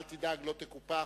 אל תדאג, לא תקופח,